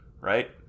right